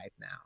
now